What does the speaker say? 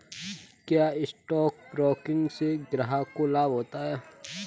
क्या stock broking से ग्राहक को लाभ होता है?